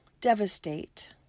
devastate